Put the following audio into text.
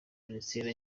minisitiri